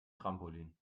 trampolin